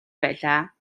байлаа